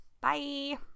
Bye